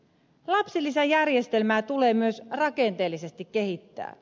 lapsilisäjärjestelmää tulee myös rakenteellisesti kehittää